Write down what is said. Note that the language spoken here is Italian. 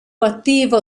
attivo